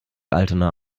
altona